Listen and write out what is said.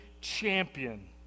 champion